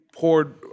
poured